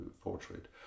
portrait